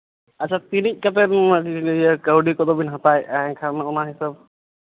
ᱟᱪᱪᱷᱟ ᱛᱤᱱᱟᱹᱜ ᱠᱟᱛᱮᱫ ᱤᱭᱟᱹ ᱠᱟᱹᱣᱰᱤ ᱠᱚᱫᱚᱵᱮᱱ ᱦᱟᱛᱟᱣᱮᱫᱼᱟ ᱮᱱᱠᱷᱟᱱ ᱢᱟ ᱚᱱᱟ ᱦᱤᱥᱟᱹᱵᱽ